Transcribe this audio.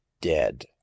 Dead